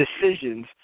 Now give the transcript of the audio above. decisions